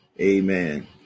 Amen